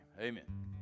amen